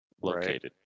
located